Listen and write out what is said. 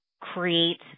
create